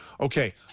Okay